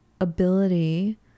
ability